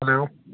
hello